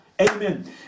Amen